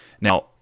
Now